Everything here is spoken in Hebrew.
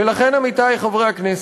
ולכן, עמיתי חברי הכנסת,